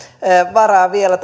varaa vielä